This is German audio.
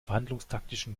verhandlungstaktischen